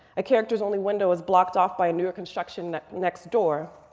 a character's only window is blocked off by a newer construction next door.